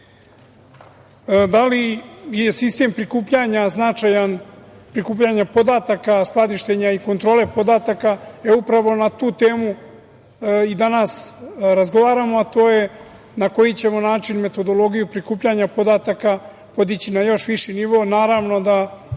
li je sistem prikupljanja podataka, skladištenja i kontrole podataka značajan? Upravo na tu temu i danas razgovaramo, a to je – na koji ćemo način metodologiju prikupljanja podataka podići na još viši nivo?